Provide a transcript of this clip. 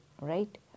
right